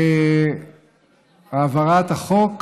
בהעברת החוק